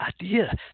idea